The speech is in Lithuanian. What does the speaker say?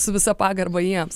su visa pagarba jiems